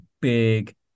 big